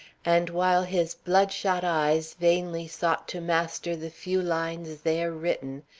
and while his blood-shot eyes vainly sought to master the few lines there written,